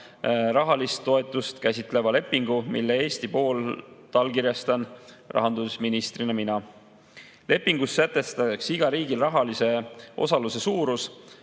rahalist toetust käsitleva lepingu, mille Eesti poolt allkirjastan rahandusministrina mina. Lepingus sätestatakse iga riigi rahalise osaluse suurus,